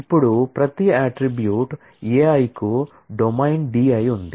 ఇప్పుడు ప్రతి attribute A i కు డొమైన్ D i ఉంది